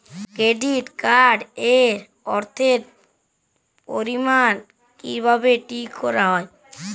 Credit card এর অর্থের পরিমান কিভাবে ঠিক করা হয়?